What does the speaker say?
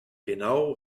genau